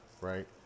Right